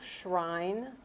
shrine